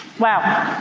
wow.